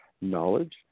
knowledge